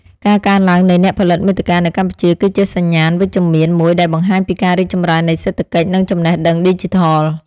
ការកើនឡើងនៃអ្នកផលិតមាតិកានៅកម្ពុជា គឺជាសញ្ញាណវិជ្ជមានមួយដែលបង្ហាញពីការរីកចម្រើននៃសេដ្ឋកិច្ច និងចំណេះដឹងឌីជីថល។